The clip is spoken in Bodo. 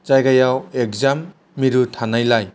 जायगायाव एगजाम मिरु थानायलाय